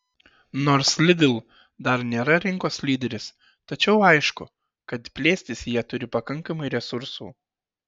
nors lidl dar nėra rinkos lyderis tačiau aišku kad plėstis jie turi pakankamai resursų